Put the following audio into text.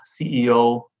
CEO